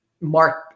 Mark